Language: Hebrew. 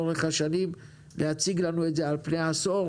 אני מבקש להציג לנו את זה בדיון הבא על פני עשור.